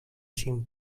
cinc